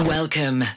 Welcome